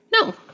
No